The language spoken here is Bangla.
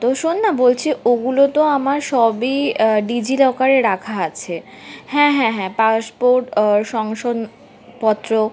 তো শোন না বলছি ওগুলো তো আমার সবই ডিজিলকারে রাখা আছে হ্যাঁ হ্যাঁ হ্যাঁ পাসপোর্ট আর সংশোধনপত্র